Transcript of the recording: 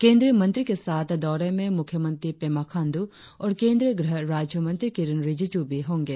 केंद्रीय मंत्री के साथ दौरे में मुख्यमंत्री पेमा खांडू और केंद्रीय गृह राज्यमंत्री किरेन रिजिजू भी होंगे